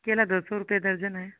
केला दो सौ रुपये दर्जन है